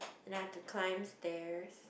and I have to climb stairs